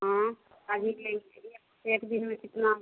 हाँ आज ही लेंगे एक दिन में कितना होगा